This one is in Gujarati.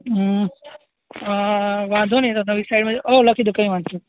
હં વાંધો નહીં તો નવી સાઇટમાં હોવ લખી દો કંઈ વાંધો